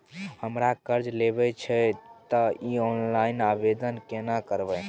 हमरा कर्ज लेबा छै त इ ऑनलाइन आवेदन केना करबै?